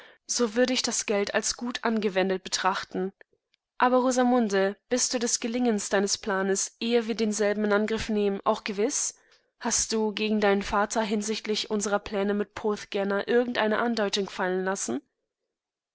so würde ich das geld als das gut angewendet betrachten aber rosamunde bist du des gelingens deines planes ehe wir denselben in angriff nehmen auch gewiß hast du gegen deinen vater hinsichtlich unserer pläne mit porthgennairgendeineandeutungfallenlassen ichsagteihm lenny